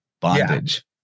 bondage